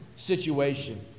Situation